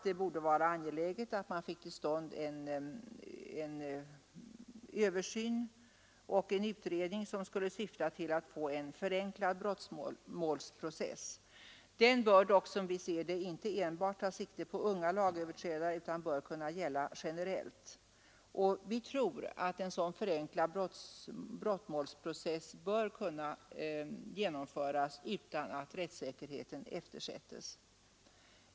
Det borde vara angeläget att få till stånd en översyn och en utredning syftande till att få en förenklad brottmålsprocess. Utredningen bör dock som vi ser det inte enbart ta sikte på unga lagöverträdare utan bör kunna gälla generellt. Vi tror att en sådan förenklad brottmålsprocess bör kunna genomföras utan att rättssäkerheten eftersätts.